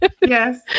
yes